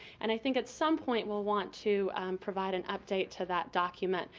and i think at some point we'll want to provide an update to that document.